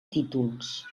títols